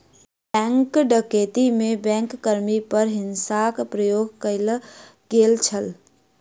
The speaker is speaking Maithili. बैंक डकैती में बैंक कर्मी पर हिंसाक प्रयोग कयल गेल छल